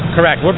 Correct